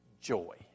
joy